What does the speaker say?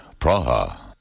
Praha